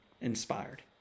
inspired